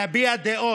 להביע דעות,